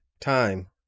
Time